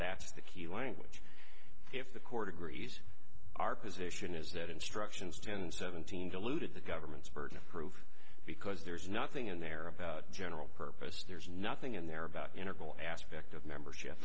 that's the key language if the court agrees our position is that instructions ten seventeen diluted the government's burden of proof because there's nothing in there about general purpose there's nothing in there about integral aspect of membership